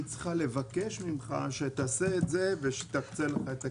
היא צריכה לבקש ממך שתעשה את זה ושתקצה לך את הכסף.